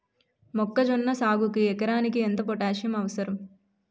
మొక్కజొన్న సాగుకు ఎకరానికి ఎంత పోటాస్సియం అవసరం?